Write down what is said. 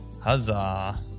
Huzzah